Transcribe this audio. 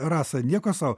rasa nieko sau